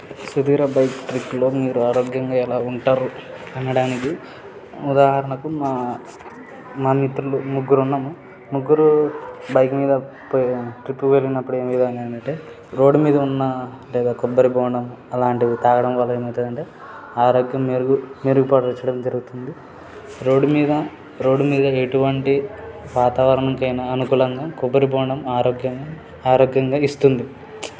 సుదీర్ఘ బైక్ ట్రిప్లో మీరు ఆరోగ్యంగా ఎలా ఉంటారు అనడానికి ఉదాహరణకు మా మా మిత్రులు ముగ్గురు ఉన్నం ముగ్గురు బైక్ మీద ఇప్పుడు ట్రిప్పు వెళ్ళినప్పుడు ఏ విధంగా అయిందంటే రోడ్డు మీద ఉన్న లేదా కొబ్బరిబోండం అలాంటివి త్రాగడం వల్ల ఏమవుతుందంటే ఆరోగ్యం మెరుగు మెరుగుపరచడం జరుగుతుంది రోడ్డు మీద రోడ్డు మీద ఎటువంటి వాతావరణంకైనా అనుకూలంగా కొబ్బరిబోండం ఆరోగ్యంగా ఆరోగ్యంగా ఇస్తుంది